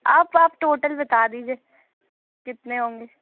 آپ آپ ٹوٹل بتا دیجیے کتنے ہوں گے